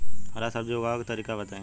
हरा सब्जी उगाव का तरीका बताई?